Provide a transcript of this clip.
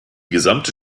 gesamte